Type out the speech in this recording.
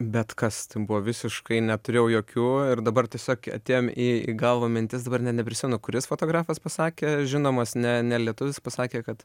bet kas tai buvo visiškai neturėjau jokių ir dabar tiesiog atėjom į į galvą mintis dabar net neprisimenu kuris fotografas pasakė žinomas ne ne lietuvis pasakė kad